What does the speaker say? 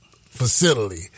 facility